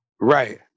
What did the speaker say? Right